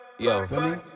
Yo